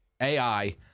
AI